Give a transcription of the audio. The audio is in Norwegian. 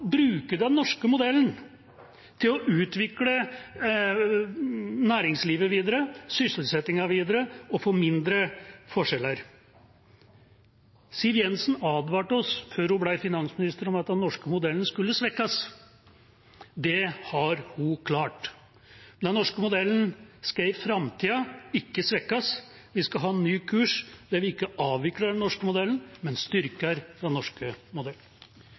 bruke den norske modellen til å utvikle næringslivet og sysselsettingen videre og få mindre forskjeller. Siv Jensen advarte oss, før hun ble finansminister, om at den norske modellen skulle svekkes. Det har hun klart. Den norske modellen skal i framtida ikke svekkes. Vi skal ha en ny kurs der vi ikke avvikler den norske modellen, men styrker den.